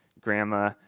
grandma